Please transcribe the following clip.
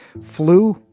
Flu